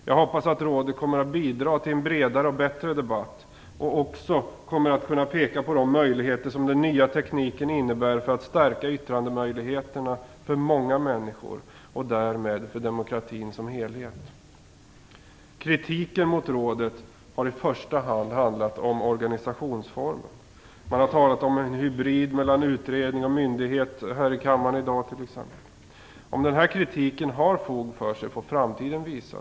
Jag hoppas att rådet kommer att bidra till en bredare och bättre debatt och att det även kommer att kunna peka på de möjligheter som den nya tekniken innebär för att stärka yttrandemöjligheterna för många människor och därmed för demokratin i sin helhet. Kritiken mot rådet har i första hand gällt organisationsformen. Här i kammaren har man i dag t.ex. talat om en hybrid mellan utredning och myndighet. Om denna kritik har fog för sig får framtiden visa.